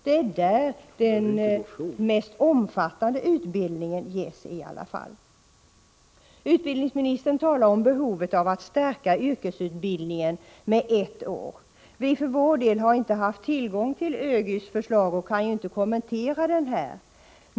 Det är där den mest omfattande utbildningen ges i alla fall. Utbildningsministern talar om behovet av att stärka utbildningen med ett år. Vi för vår del har inte haft tillgång till ÖGY:s förslag och kan inte kommentera dem.